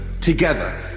together